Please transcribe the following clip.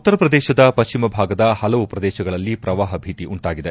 ಉತರ ಪ್ರದೇಶದ ಪಶ್ಚಿಮ ಭಾಗದ ಹಲವು ಪ್ರದೇಶಗಳಲ್ಲಿ ಪ್ರವಾಹ ಭೀತಿ ಉಂಟಾಗಿದೆ